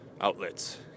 outlets